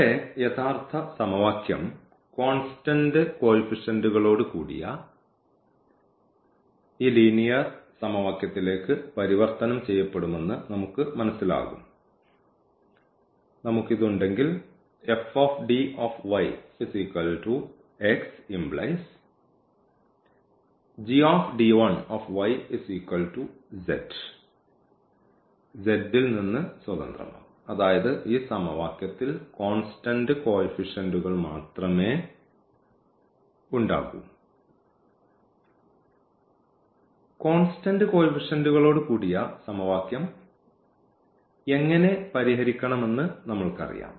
നമ്മുടെ യഥാർത്ഥ സമവാക്യം കോൺസ്റ്റന്റ് കോയിഫിഷ്യൻറുകളോട് കൂടിയ ഈ ലീനിയർ സമവാക്യത്തിലേക്ക് പരിവർത്തനം ചെയ്യപ്പെടുമെന്ന് നമുക്ക് മനസ്സിലാകും നമുക്ക് ഇത് ഉണ്ടെങ്കിൽ ഈ z ൽ നിന്ന് സ്വതന്ത്രമാകും അതായത് ഈ സമവാക്യത്തിൽ കോൺസ്റ്റന്റ് കോയിഫിഷ്യൻറുകൾ മാത്രമേ ഉണ്ടാകൂ കോൺസ്റ്റന്റ് കോയിഫിഷ്യൻറുകളോട് കൂടിയ സമവാക്യം എങ്ങനെ പരിഹരിക്കണമെന്ന് നമ്മൾക്കറിയാം